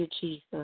Jesus